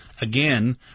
Again